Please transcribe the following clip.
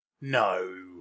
No